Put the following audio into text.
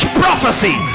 prophecy